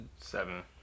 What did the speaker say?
Seven